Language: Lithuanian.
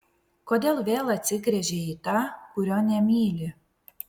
kodėl vėl atsigręžei į tą kurio nemyli